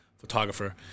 photographer